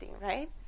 right